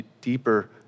deeper